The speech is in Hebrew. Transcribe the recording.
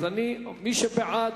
מי שבעד,